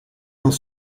dans